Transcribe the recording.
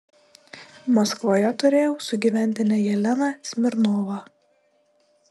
maskvoje turėjau sugyventinę jeleną smirnovą